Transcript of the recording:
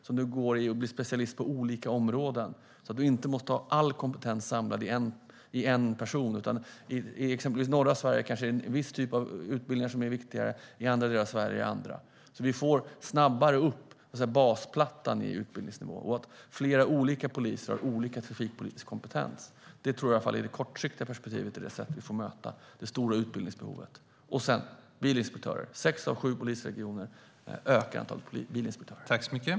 De kan då bli specialister på olika områden, så att man inte måste ha all kompetens samlad i en person. I exempelvis norra Sverige kanske det är vissa typer av utbildningar som är viktigare. I andra delar av Sverige är det andra. Då kan vi, så att säga, snabba upp basplattan i utbildningsnivån. Och olika poliser har då olika trafikpoliskompetens. Jag tror att det i alla fall i det kortsiktiga perspektivet är på det sättet vi får möta det stora utbildningsbehovet. Sedan gäller det bilinspektörer. I sex av sju polisregioner ökar antalet bilinspektörer.